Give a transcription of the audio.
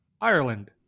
Ireland